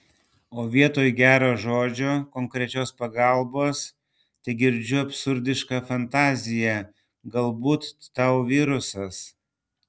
o vietoj gero žodžio konkrečios pagalbos tegirdžiu absurdišką fantaziją galbūt tau virusas